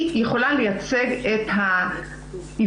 היא יכולה לייצג את העברית.